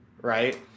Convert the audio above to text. Right